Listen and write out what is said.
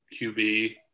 QB